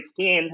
2016